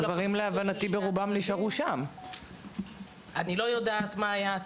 אני הייתי רוצה להאמין שיאריכו